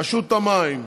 רשות המים,